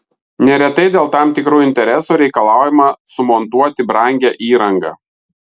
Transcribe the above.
neretai dėl tam tikrų interesų reikalaujama sumontuoti brangią įrangą